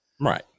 Right